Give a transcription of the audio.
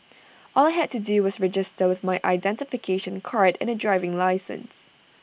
all I had to do was register with my identification card and A driving licence